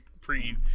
pre